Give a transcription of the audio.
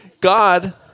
God